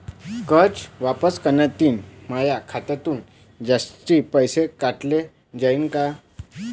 कर्ज वापस करतांनी माया खात्यातून जास्तीचे पैसे काटल्या जाईन का?